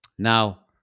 Now